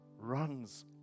runs